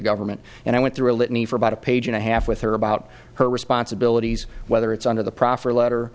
government and i went through a litany for about a page and a half with her about her responsibilities whether it's under the proffer letter